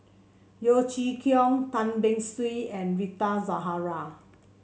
Yeo Chee Kiong Tan Beng Swee and Rita Zahara